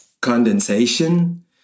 condensation